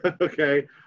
okay